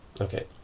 Okay